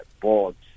boards